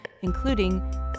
including